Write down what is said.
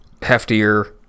heftier